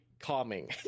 calming